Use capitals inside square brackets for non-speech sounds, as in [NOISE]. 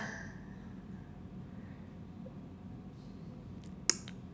[NOISE]